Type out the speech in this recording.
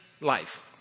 life